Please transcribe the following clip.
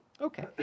Okay